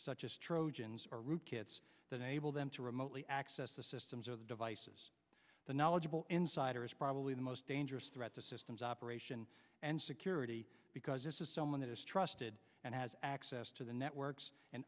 such as trojans or root kits that enable them to remotely access the systems or the devices the knowledgeable insider is probably the most dangerous threat to systems operation and security because this is someone that is trusted and has access to the networks and